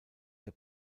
der